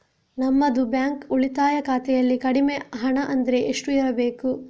ನಮ್ಮದು ಬ್ಯಾಂಕ್ ಉಳಿತಾಯ ಖಾತೆಯಲ್ಲಿ ಕಡಿಮೆ ಹಣ ಅಂದ್ರೆ ಎಷ್ಟು ಇರಬೇಕು?